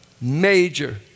major